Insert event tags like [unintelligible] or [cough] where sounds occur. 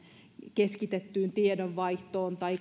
keskitettyyn tiedonvaihtoon tai [unintelligible]